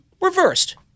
reversed